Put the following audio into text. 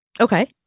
Okay